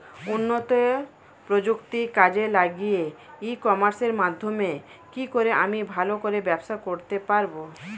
উন্নত প্রযুক্তি কাজে লাগিয়ে ই কমার্সের মাধ্যমে কি করে আমি ভালো করে ব্যবসা করতে পারব?